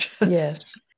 Yes